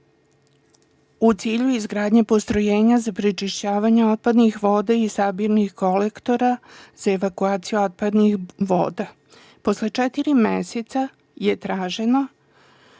u cilju izgradnje postrojenja za prečišćavanje otpadnih voda iz sabirnih kolektora za evakuaciju otpadnih voda. Posle četiri meseca je traženo